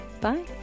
Bye